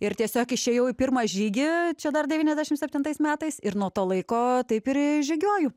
ir tiesiog išėjau į pirmą žygį čia dar devyniasdešimts septintais metais ir nuo to laiko taip ir žygiuoju